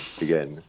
again